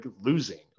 losing